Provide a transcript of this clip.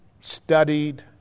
studied